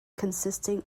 consisting